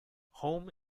home